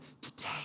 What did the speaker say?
Today